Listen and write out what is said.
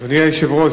אדוני היושב-ראש,